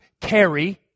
carry